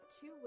two